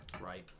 right